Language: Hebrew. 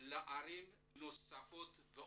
לערים נוספות ועוד.